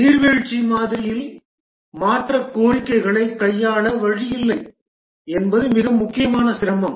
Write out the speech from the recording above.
நீர்வீழ்ச்சி மாதிரியில் மாற்ற கோரிக்கைகளை கையாள வழி இல்லை என்பது மிக முக்கியமான சிரமம்